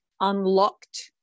unlocked